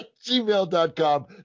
gmail.com